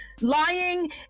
lying